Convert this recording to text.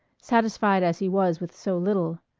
satisfied as he was with so little.